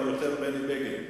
אבל יותר בני בגין,